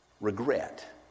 Regret